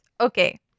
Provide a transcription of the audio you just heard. Okay